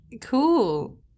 cool